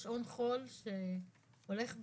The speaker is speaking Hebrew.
יש שעון חול שהולך ואוזל.